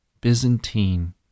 Byzantine